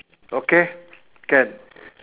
okay can